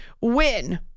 win